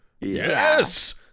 Yes